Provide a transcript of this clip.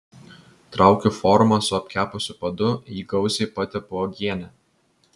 traukiu formą su apkepusiu padu jį gausiai patepu uogiene